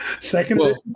Second